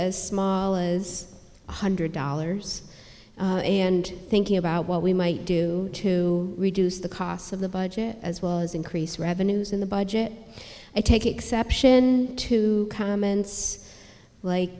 as small as one hundred dollars and thinking about what we might do to reduce the costs of the budget as well as increase revenues in the budget i take exception to comments like